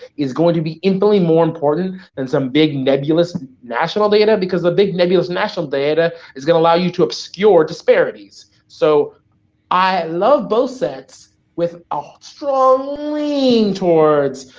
is going to be infinitely more important than some big, nebulous national data because the big, nebulous national data is gonna allow you to obscure disparities, so i love both sets with a ah strong lean towards